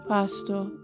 Pastor